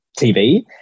TV